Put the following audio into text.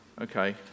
Okay